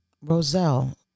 Roselle